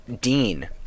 Dean